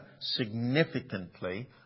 significantly